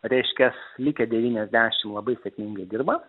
reiškias likę devyniasdešimt labai sėkmingai dirba